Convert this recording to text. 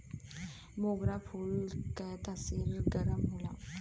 मोगरा फूल के तासीर गरम होला